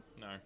No